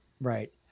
Right